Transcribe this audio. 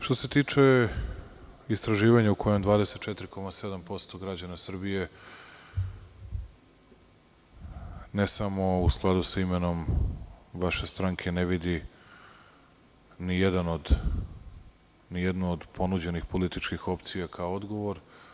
Što se tiče istraživanja u kojem 24,7% građana Srbije, ne samo u skladu sa imenom vaše stranke, ne vidi ni jednu od ponuđenih političkih opcija kao odgovor.